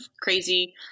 crazy